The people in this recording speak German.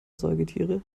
säugetiere